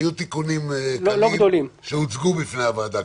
היו תיקונים קטנים שהוצגו בפני הוועדה.